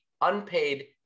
unpaid